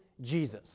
Jesus